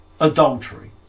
Adultery